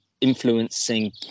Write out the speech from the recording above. influencing